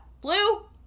Blue